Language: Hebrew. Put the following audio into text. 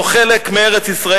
זה חלק מארץ-ישראל,